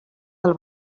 del